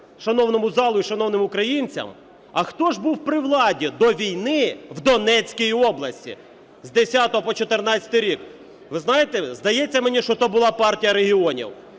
шановному залу і шановним українцям, а хто ж був при владі до війни в Донецькій області з 10-го по 14-й рік? Ви знаєте, здається мені, що то була "Партія регіонів".